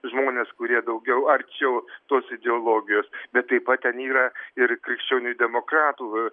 žmonės kurie daugiau arčiau tos ideologijos bet taip pat ten yra ir krikščionių demokratų